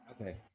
Okay